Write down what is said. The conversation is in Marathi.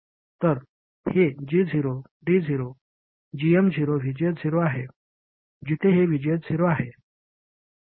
तर हे G0 D0 gm0VGS0 आहे जिथे हे VGS0 आहे